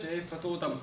שיפטרו אותם.